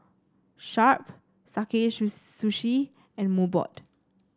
Sharp Sakae Sushi and Mobot